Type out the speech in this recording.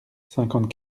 cinquante